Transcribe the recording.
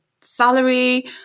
salary